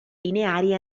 lineari